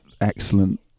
excellent